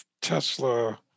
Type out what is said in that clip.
tesla